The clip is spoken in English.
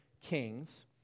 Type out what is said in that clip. kings